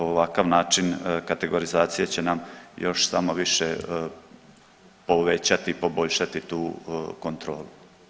Ovakav način kategorizacije će nam još samo više povećati i poboljšati tu kontrolu.